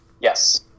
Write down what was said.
Yes